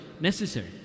necessary